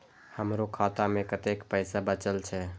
हमरो खाता में कतेक पैसा बचल छे?